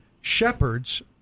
shepherds